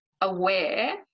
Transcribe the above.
aware